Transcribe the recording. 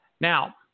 Now